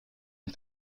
and